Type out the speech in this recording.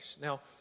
Now